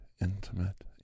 intimate